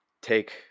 take